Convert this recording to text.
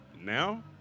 Now